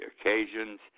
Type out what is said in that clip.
occasions